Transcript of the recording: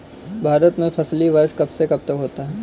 भारत में फसली वर्ष कब से कब तक होता है?